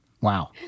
Wow